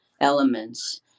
elements